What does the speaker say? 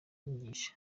inyigisha